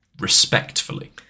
respectfully